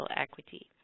equity